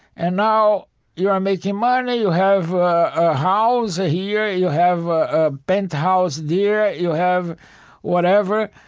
and now you're um making money, you have a house ah here, you have a penthouse there, you have whatever.